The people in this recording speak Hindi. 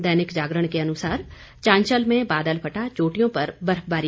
दैनिक जागरण के अनुसार चांशल में बादल फटा चोटियों पर बर्फबारी